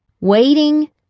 waiting